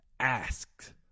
Asked